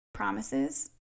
Promises